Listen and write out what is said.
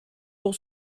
pour